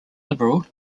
liberal